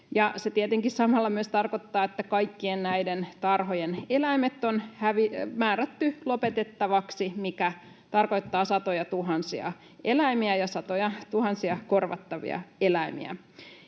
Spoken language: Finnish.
tietenkin samalla myös tarkoittaa, että kaikkien näiden tarhojen eläimet on määrätty lopetettavaksi, mikä tarkoittaa satojatuhansia eläimiä ja satojatuhansia korvattavia eläimiä.